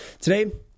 Today